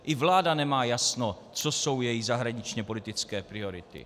Ani vláda nemá jasno, co jsou její zahraničněpolitické priority.